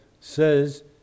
says